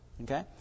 Okay